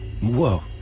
Whoa